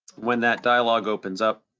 when that dialog opens up,